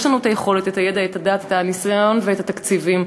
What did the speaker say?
יש לנו היכולת, הידע, הדעת, הניסיון והתקציבים.